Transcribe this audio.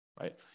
Right